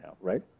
right